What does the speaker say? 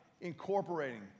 incorporating